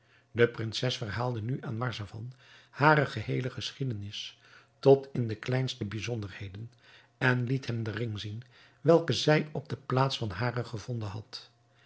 de prinses verhaalde nu aan marzavan hare geheele geschiedenis tot in de kleinste bijzonderheden en liet hem den ring zien welken zij op de plaats van den haren gevonden had